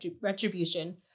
retribution